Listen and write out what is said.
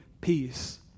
peace